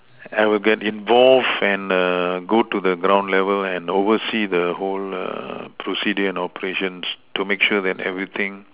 I will get involved and err get to the ground level and oversee the whole err procedures and operations to make sure that everything